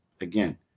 Again